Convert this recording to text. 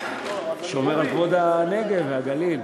שומר על כבוד הנגב והגליל.